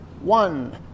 one